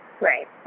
Right